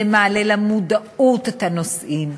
זה מעלה למודעות את הנושאים,